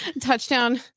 touchdown